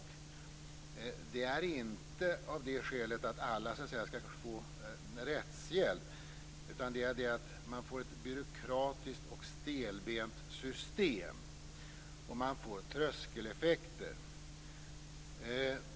Skälet är inte att vi vill att alla skall få rättshjälp, utan att vi tycker att man får ett byråkratiskt och stelbent system och att man får tröskeleffekter.